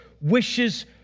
wishes